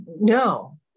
No